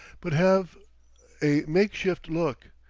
but have a make-shift look,